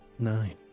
Nine